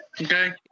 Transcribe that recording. Okay